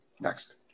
Next